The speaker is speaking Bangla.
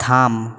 থাম